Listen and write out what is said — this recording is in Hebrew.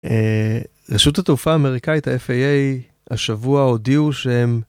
רשות התעופה האמריקאית, ה-FAA, השבוע הודיעו שהם